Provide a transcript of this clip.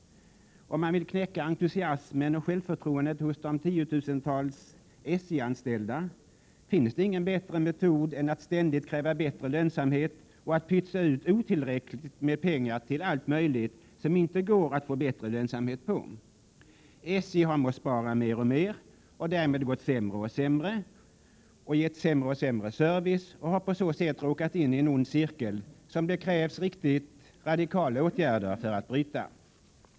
Om man vill knäcka entusiasmen och självförtroendet hos de tiotusentals SJ-anställda, finns det ingen bättre metod än att ständigt kräva bättre lönsamhet och att pytsa ut otillräckligt med pengar till allt möjligt som det inte går att få bättre lönsamhet på. SJ har måst spara mer och mer och därmed gått sämre och sämre, gett sämre och sämre service och på så sätt råkat in i en ond cirkel, som det krävs riktigt radikala åtgärder för att bryta.